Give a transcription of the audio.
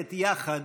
ללכת יחד